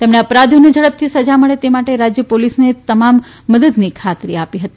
તેમણે અપરાધીઓને ઝડપથી સજા મળે તે માટે રાજ્ય પોલીસને તમામ સમર્થનની ખાતરી આપી હતી